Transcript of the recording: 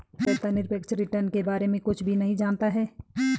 श्वेता निरपेक्ष रिटर्न के बारे में कुछ भी नहीं जनता है